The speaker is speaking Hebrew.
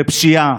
בפשיעה.